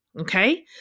okay